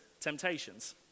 temptations